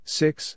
six